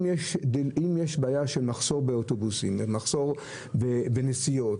אם יש בעיה של מחסור באוטובוסים ומחסור בנסיעות,